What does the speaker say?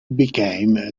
became